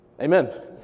Amen